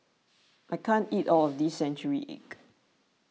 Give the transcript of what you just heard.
I can't eat all of this Century Egg